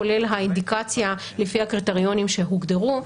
כולל האינדיקציה לפי הקריטריונים שהוגדרו,